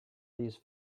these